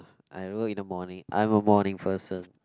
I work in the morning I'm a morning person